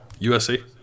USC